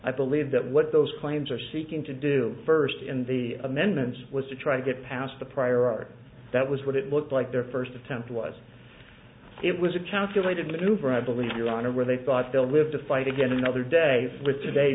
i believe that what those claims are seeking to do first in the amendments was to try to get past the prior art that was what it looked like their first attempt was it was a calculated louver i believe your honor where they thought they'll live to fight again another day with today